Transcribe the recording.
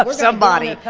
um somebody.